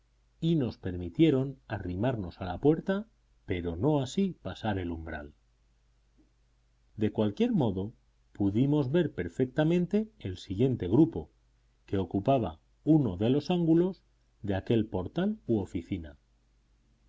y nos permitieron arrimarnos a la puerta pero no así pasar el umbral de cualquier modo pudimos ver perfectamente el siguiente grupo que ocupaba uno de los ángulos de aquel portal u oficina